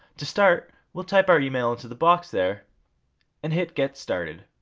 to start, we'll type our email into the box there and hit get started.